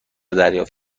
دریافت